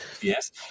Yes